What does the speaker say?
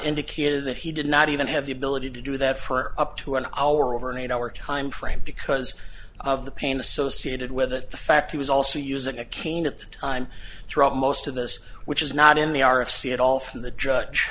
indicated that he did not even have the ability to do that for up to an hour over an eight hour time frame because of the pain associated with it the fact he was also using a cane at the time throughout most of this which is not in the r f c at all from the judge